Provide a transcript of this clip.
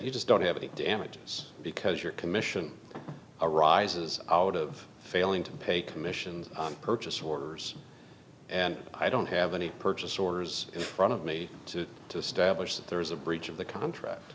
you just don't have any damages because your commission arises out of failing to pay commissions on purchase orders and i don't have any purchase orders in front of me to establish that there is a breach of the contract